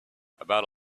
about